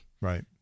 Right